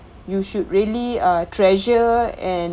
you should really ah treasure and